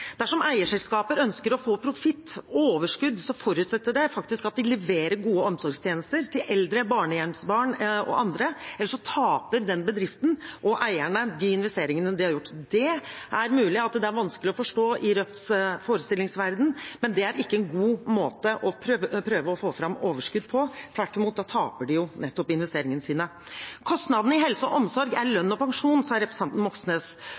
Dersom eierselskaper ønsker å få profitt, overskudd, forutsetter det faktisk at de leverer gode omsorgstjenester til eldre, barnehjemsbarn og andre, eller så taper den bedriften og eierne de investeringene de har gjort. Det er mulig at det er vanskelig å forstå i Rødts forestillingsverden, men det er ikke en god måte å prøve å få fram overskudd på. Tvert imot, da taper de nettopp investeringene sine. Kostnadene i helse og omsorg er lønn og pensjon, sa representanten Moxnes,